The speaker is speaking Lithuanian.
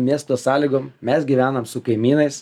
miesto sąlygom mes gyvenam su kaimynais